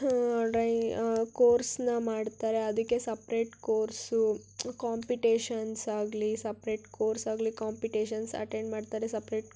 draw ಕೋರ್ಸ್ನಾ ಮಾಡ್ತಾರೆ ಅದಕ್ಕೆ ಸಪ್ರೇಟ್ ಕೋರ್ಸು ಕಾಂಪಿಟೇಶನ್ಸ್ ಆಗಲಿ ಸಪ್ರೇಟ್ ಕೋರ್ಸಾಗಲಿ ಕಾಂಪಿಟೇಶನ್ಸ್ ಅಟೆಂಡ್ ಮಾಡ್ತಾರೆ ಸಪ್ರೇಟ್